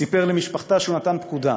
סיפר למשפחתה שהוא נתן פקודה: